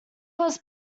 was